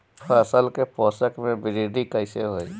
फसल के पोषक में वृद्धि कइसे होई?